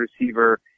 receiver